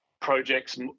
projects